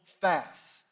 fast